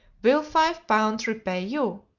will five pounds repay you?